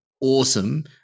awesome